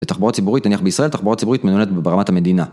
זה תחבורה ציבורית, נניח בישראל תחבורה ציבורית מנהלת ברמת המדינה